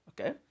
Okay